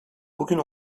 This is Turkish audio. bugün